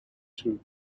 two